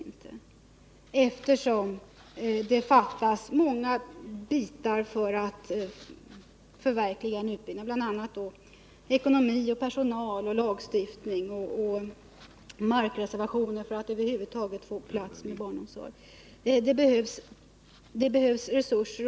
Det fattas nämligen många bitar för att kunna förverkliga en utbyggnad, bl.a. när det gäller frågor som sammanhänger med ekonomi, personal, lagstiftning och markreservationer för att över huvud taget få plats med en utbyggd barnomsorg. Det behövs alltså resurser.